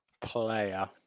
Player